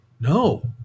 No